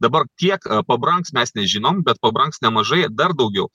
dabar kiek pabrangs mes nežinom bet pabrangs nemažai dar daugiau